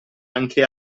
anche